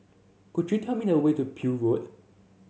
could you tell me the way to Peel Road